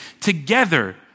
together